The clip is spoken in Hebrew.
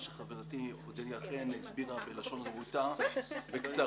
שחברתי אודליה חן הסבירה בלשון רהוטה וקצרה.